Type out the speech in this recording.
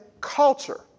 culture